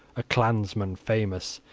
a clansman famous,